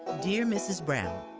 dear mrs. brown.